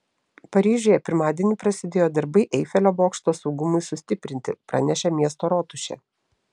paryžiuje pirmadienį prasidėjo darbai eifelio bokšto saugumui sustiprinti pranešė miesto rotušė